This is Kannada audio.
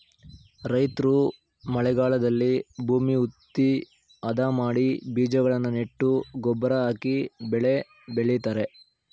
ರೈತ್ರು ಮಳೆಗಾಲದಲ್ಲಿ ಭೂಮಿ ಹುತ್ತಿ, ಅದ ಮಾಡಿ ಬೀಜಗಳನ್ನು ನೆಟ್ಟು ಗೊಬ್ಬರ ಹಾಕಿ ಬೆಳೆ ಬೆಳಿತರೆ